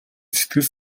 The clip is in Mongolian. сэтгэл